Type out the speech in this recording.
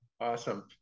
Awesome